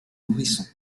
nourrissons